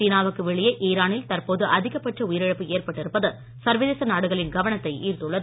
சீனாவுக்கு வெளியே ஈரானில் தற்போது அதிகபட்ச உயிரிழப்பு ஏற்பட்டிருப்பது சர்வதேச நாடுகளின் கவனத்தை ஈர்த்துள்ளது